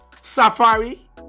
safari